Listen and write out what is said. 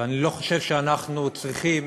ואני לא חושב שאנחנו צריכים